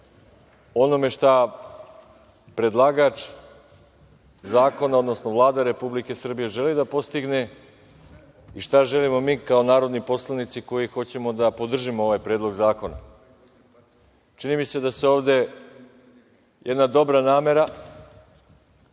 onome šta predlagač zakona, odnosno Vlada Republike Srbije želi da postigne i šta želimo mi kao narodni poslanici koji hoćemo da podržimo ovaj predlog zakona. Čini mi se da se ovde jedna dobra namera